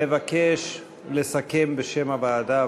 מבקש לסכם בשם הוועדה.